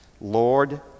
Lord